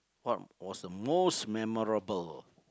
what was the most memorable